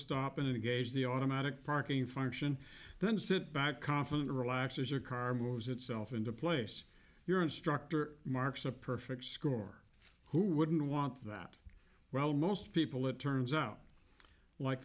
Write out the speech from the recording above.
stop and engage the automatic parking function then sit back confident relaxed as your car moves itself into place your instructor marks a perfect score who wouldn't want that while most people it turns out like